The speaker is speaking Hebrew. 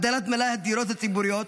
הגדלת מלאי הדירות הציבוריות,